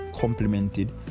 complemented